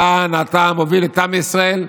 לאן אתה מוביל את עם ישראל?